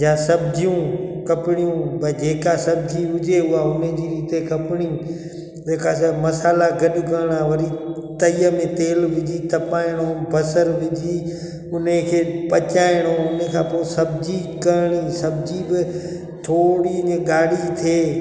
जा सब्जियूं कपणियूं जेका सब्जी हुजे उहा उन जी रीति कपणियूं तंहिंखां पोइ मसाल्हा गॾु करिणा वरी तईअ में तेलु विझी तपाइणो बसरु विझी उन खे पचाइणो उन खां पोइ सब्जी करिणी सब्जी थोरी इअं ॻाढ़ी थिए